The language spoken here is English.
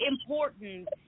important